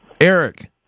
Eric